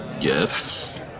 Yes